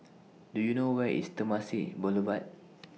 Do YOU know Where IS Temasek Boulevard